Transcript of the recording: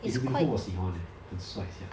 eh lee min ho 我喜欢 leh 很帅 sia